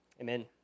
Amen